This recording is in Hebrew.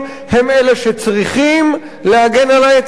הם אלה שצריכים להגן על העצים,